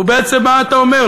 ובעצם מה אתה אומר?